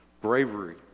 bravery